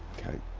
okay,